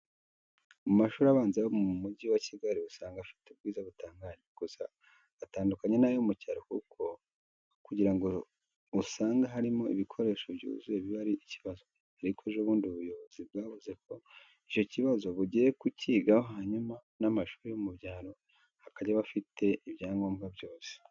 Mu mashuri abanza yo mu Mujyi wa Kigali usanga afite ubwiza butangaje. Gusa atandukanye n'ayo mu cyaro kuko ho kugira ngo usange harimo ibikoresho byuzuye biba ari ikibazo. Ariko ejo bundi ubuyobozi bwavuze ko icyo kibazo bugiye kucyigaho hanyuma n'amashuri yo mu byaro akajya aba afite ibyangombwa byose.